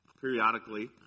periodically